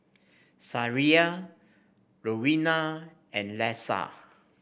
Sariah Rowena and Leisa